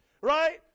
right